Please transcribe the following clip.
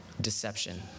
deception